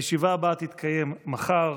הישיבה הבאה תתקיים מחר,